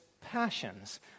passions